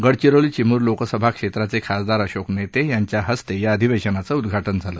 गडचिरोली चिमूर लोकसभा क्षेत्राचे खासदार अशोक नेते यांच्या हस्ते या अधिवेशनाचं उद्वाटन झालं